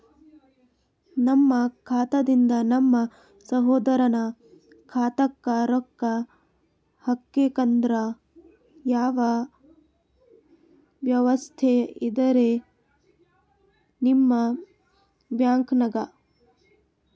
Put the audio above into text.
ನಮ್ಮ ಖಾತಾದಿಂದ ನಮ್ಮ ಸಹೋದರನ ಖಾತಾಕ್ಕಾ ರೊಕ್ಕಾ ಹಾಕ್ಬೇಕಂದ್ರ ಯಾವ ವ್ಯವಸ್ಥೆ ಇದರೀ ನಿಮ್ಮ ಬ್ಯಾಂಕ್ನಾಗ?